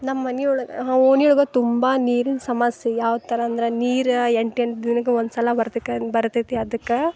ನಮ್ಮನಿ ಒಳ್ಗೆ ಓಣಿ ಒಳ್ಗೆ ತುಂಬ ನೀರಿನ ಸಮಸ್ಯೆ ಯಾವ್ಥರ ಅಂದ್ರೆ ನೀರು ಎಂಟೆಂಟು ದಿನಕ್ಕೆ ಒಂದ್ಸಲ ವಾರ್ದಕ್ಕ ಬರ್ತೈತಿ ಅದಕ್ಕೆ